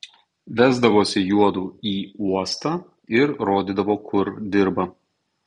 vesdavosi juodu į uostą ir rodydavo kur dirba